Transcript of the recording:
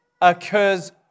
occurs